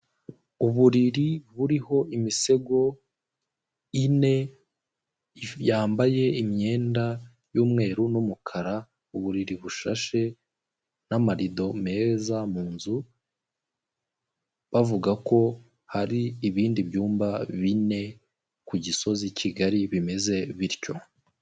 Uburiri buriho imisego ine yambaye imyenda y'umweru n'umukara, uburiri bushashe n'amarido meza mu nzu bavuga ko hari ibindi byumba bine ku Gisozi i Kigali bimeze bityo.